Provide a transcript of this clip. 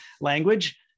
language